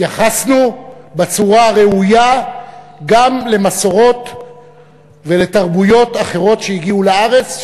התייחסנו בצורה הראויה גם למסורות ולתרבויות אחרות שהגיעו לארץ,